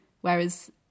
Whereas